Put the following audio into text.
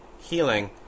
healing